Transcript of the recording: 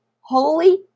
holy